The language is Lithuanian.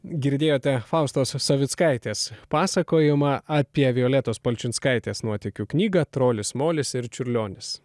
girdėjote faustos savickaitės pasakojimą apie violetos palčinskaitės nuotykių knygą trolis molis ir čiurlionis